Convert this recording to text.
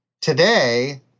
today